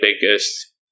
biggest